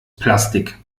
plastik